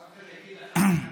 האוזר יגיד לך,